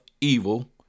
evil